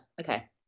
okay